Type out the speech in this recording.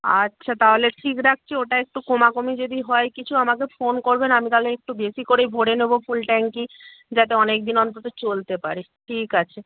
আচ্ছা তাহলে ঠিক রাখছি ওটা একটু কোমাকোমি যদি হয় কিছু আমাকে ফোন করবেন আমি তাহলে একটু বেশি করেই ভরে নোবো ফুল ট্যাঙ্কি যাতে অনেক দিন অন্তত চলতে পারে ঠিক আছে